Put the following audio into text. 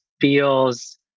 feels